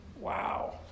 Wow